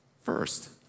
First